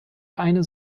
eine